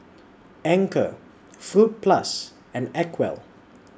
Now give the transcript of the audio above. Anchor Fruit Plus and Acwell